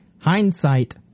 Hindsight